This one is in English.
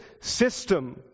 system